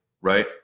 right